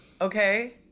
Okay